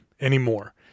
anymore